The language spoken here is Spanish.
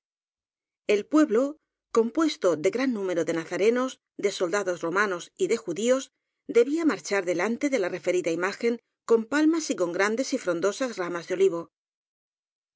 el pueblo compuesto de gran número de naza renos de soldados romanos y de judíos debía marchar delante de la referida imagen con palmas y con grandes y frondosas ramas de olivo